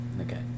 Okay